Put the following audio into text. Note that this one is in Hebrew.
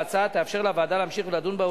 וההתמדה שלך היא כמו של תלמיד ישיבה.